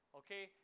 okay